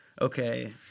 okay